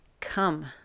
come